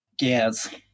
Yes